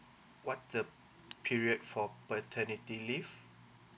what the period for paternity leave